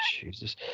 jesus